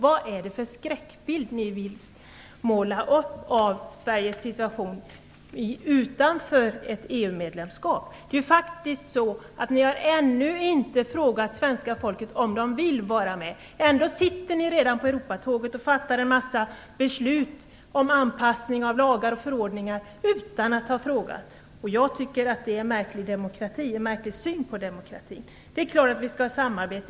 Vad är det för skräckbild av Sveriges situation utanför EU som ni vill måla upp? Ni har faktiskt inte ännu frågat svenska folket om de vill vara med, och ändå sitter ni redan på Europatåget och fattar en massa beslut om anpassning av lagar och förordningar. Jag tycker att det är en märklig syn på demokratin. Det är klart att vi skall ha samarbete.